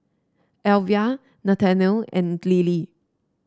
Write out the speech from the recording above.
Elvia Nathanial and Lily